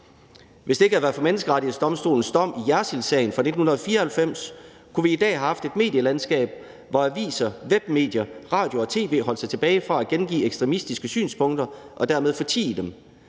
Hvis det ikke havde været for Menneskerettighedsdomstolens dom i Jersildsagen fra 1994, kunne vi i dag have haft et medielandskab, hvor aviser, webmedier, radio og tv holdt sig tilbage fra at gengive ekstremistiske synspunkter – og dermed fortie dem.